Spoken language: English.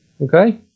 Okay